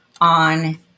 on